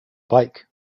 bike